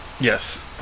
Yes